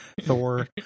thor